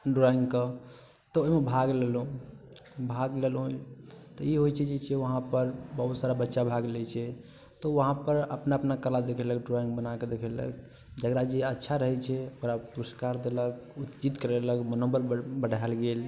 ड्रॉइंगके तऽ ओइमे भाग लेलहुँ भाग लेलहुँ तऽ ई होइ छै जे छै वहाँपर बहुत सारा बच्चा भाग लै छै तऽ वहाँपर अपना अपना कला देखेलक ड्रॉइंग बनाके देखेलथि जकरा जे अच्छा रहै छै ओकरा पुरस्कार देलक पुरस्कृत करेलक मनोबल बढ़ैल गेल